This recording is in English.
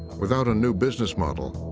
without a new business model,